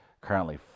currently